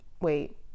wait